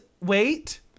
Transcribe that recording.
wait